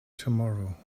tomorrow